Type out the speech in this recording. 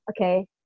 Okay